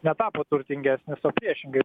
netapot turtingesnis o priešingai